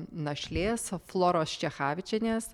našlės floros čechavičienės